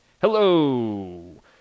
Hello